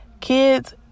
kids